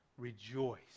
Rejoice